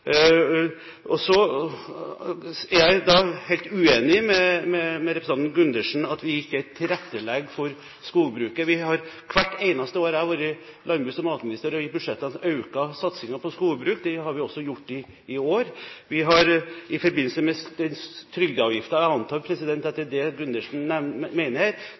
Jeg er helt uenig med representanten Gundersen i at vi ikke tilrettelegger for skogbruket. Vi har hvert eneste år jeg har vært landbruks- og matminister, økt satsingen på skogbruk i budsjettene. Det har vi også gjort i år. Vi har i forbindelse med trygdeavgiften – jeg antar det er det Gundersen mener